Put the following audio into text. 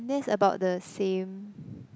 then it's about the same